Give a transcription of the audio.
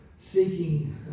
seeking